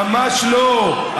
ממש לא.